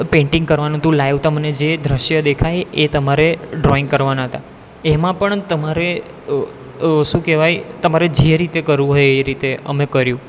painting કરવાનું હતું live તમને જે દૃશ્ય દેખાય એ તમારે ડ્રોઈંગ કરવાના હતા એમાં પણ તમારે શું કહેવાય તમારે જે રીતે કરવું હોય એ રીતે અમે કર્યું